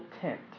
tent